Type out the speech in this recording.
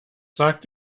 sagt